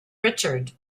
richard